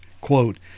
quote